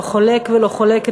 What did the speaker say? לא חולק ולא חולקת,